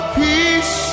peace